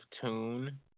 tune